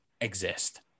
exist